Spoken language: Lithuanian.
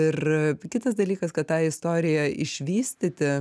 ir kitas dalykas kad tą istoriją išvystyti